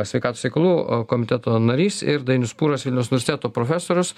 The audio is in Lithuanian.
sveikatos reikalų komiteto narys ir dainius pūras vilniaus universiteto profesorius